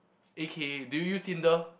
A_K_A do you use Tinder